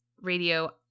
Radio